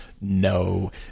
No